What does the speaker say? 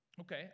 Okay